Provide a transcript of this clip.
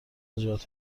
نژاد